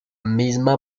misma